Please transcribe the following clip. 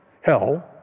hell